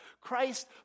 Christ